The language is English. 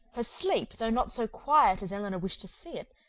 her sleep, though not so quiet as elinor wished to see it,